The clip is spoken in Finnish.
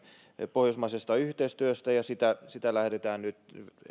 pohjoismaisesta yhteistyöstä ja sitä sitä lähdetään nyt